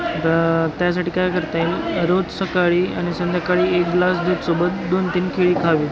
आता त्यासाठी काय करता येईल रोज सकाळी आणि संध्याकाळी एक ग्लास दुधासोबत दोन तीन केळी खावी